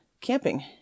camping